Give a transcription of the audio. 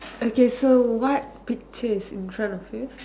okay so what picture is in front of you